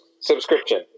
Subscription